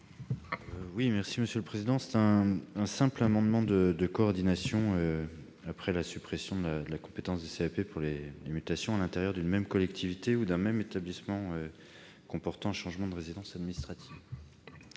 est à M. Arnaud de Belenet. Il s'agit d'un amendement de cohérence avec la suppression de la compétence des CAP pour les mutations à l'intérieur d'une même collectivité ou d'un même établissement comportant un changement de résidence administrative.